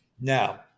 Now